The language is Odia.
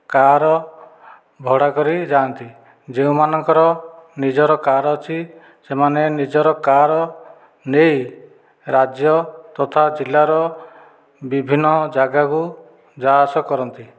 କାର ଭଡ଼ା କରି ଯାଆନ୍ତି ଯେଉଁମାନଙ୍କର ନିଜର କାର ଅଛି ସେମାନେ ନିଜର କାର ନେଇ ରାଜ୍ୟ ତଥା ଜିଲ୍ଲାର ବିଭିନ୍ନ ଜାଗାକୁ ଯାଆ ଆସ କରନ୍ତି